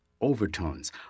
Overtones